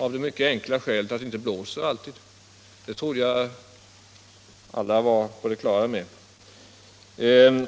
av det mycket enkla skälet att det inte alltid blåser. Det trodde jag att alla var på det klara med.